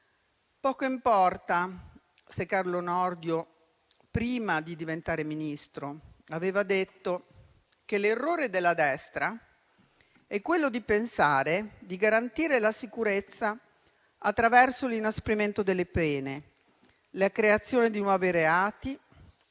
Poco importa se Carlo Nordio, prima di diventare Ministro, aveva detto che l'errore della destra è di pensare di garantire la sicurezza attraverso l'inasprimento delle pene, la creazione di nuovi reati